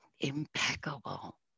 impeccable